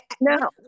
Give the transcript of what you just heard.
no